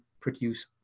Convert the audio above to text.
produce